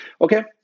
Okay